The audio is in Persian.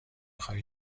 خواهی